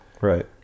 right